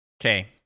Okay